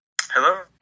Hello